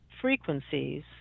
frequencies